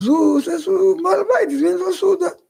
‫זו, זה זוג...בעל הבית הזמין אותו לסעודה